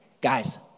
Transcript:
guys